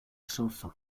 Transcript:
chanson